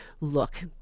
look